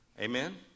Amen